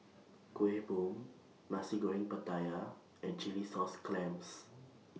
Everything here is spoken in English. Kueh Bom Nasi Goreng Pattaya and Chilli Sauce Clams